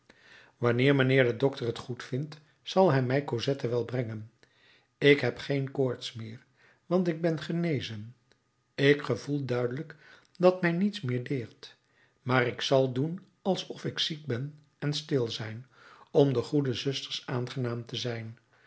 wanneer mijnheer de dokter het goedvindt zal hij mij cosette wel brengen ik heb geen koorts meer want ik ben genezen ik gevoel duidelijk dat mij niets meer deert maar ik zal doen alsof ik ziek ben en stil zijn om de goede zusters aangenaam te zijn